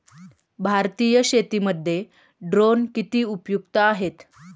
भारतीय शेतीमध्ये ड्रोन किती उपयुक्त आहेत?